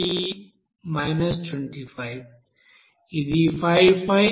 ఇది 5589